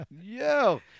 Yo